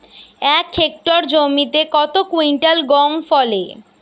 এক হেক্টর জমিতে কত কুইন্টাল গম ফলে?